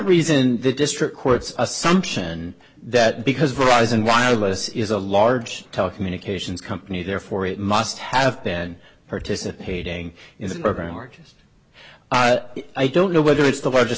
reason the district courts assumption that because verizon wireless is a large telecommunications company therefore it must have been participating in the program or just i don't know whether it's the largest